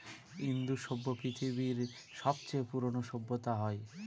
ইন্দু সভ্য পৃথিবীর সবচেয়ে পুরোনো সভ্যতা হয়